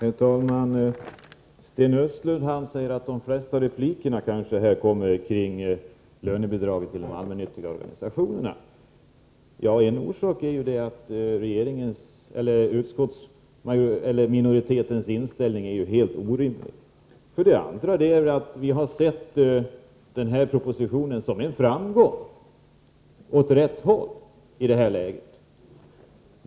Herr talman! Sten Östlund säger att de flesta repliker här kanske kommer att handla om lönebidraget till de allmännyttiga organisationerna. En orsak till detta är ju att utskottsminoritetens inställning är helt orimlig. Vidare har vi sett den här propositionen som en framgång i detta läge.